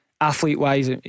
athlete-wise